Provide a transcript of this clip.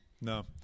No